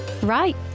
Right